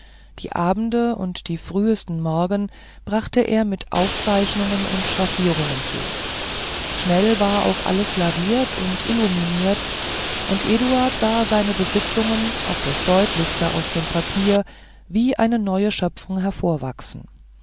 die abende und die frühsten morgen brachte er mit aufzeichnen und schraffieren zu schnell war auch alles laviert und illuminiert und eduard sah seine besitzungen auf das deutlichste aus dem papier wie eine neue schöpfung hervorgewachsen